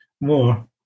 more